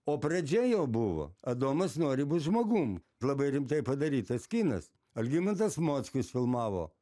o pradžia jo buvo adomas nori būt žmogum labai rimtai padarytas kinas algimantas mockus filmavo